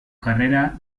carrera